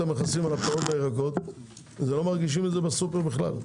המכסים על הפירות והירקות ולא מרגישים את זה בסופר בכלל.